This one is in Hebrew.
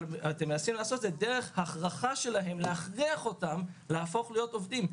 אבל אתם מנסים לעשות זאת דרך הכרחתם להפוך להיות עובדים.